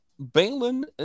Balin